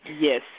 Yes